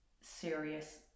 serious